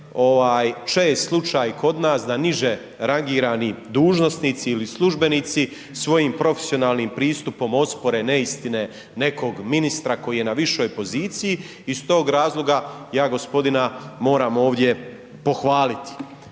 čest slučaj kod nas da niže rangirani dužnosnici ili službenici svojim profesionalnim pristupom ospore neistine nekog ministra koji je na višoj poziciji i stog razloga ja gospodina moram ovdje pohvaliti,